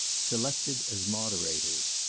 selected as moderators.